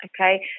okay